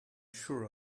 sure